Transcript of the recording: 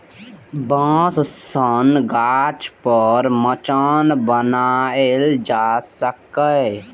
बांस सं गाछ पर मचान बनाएल जा सकैए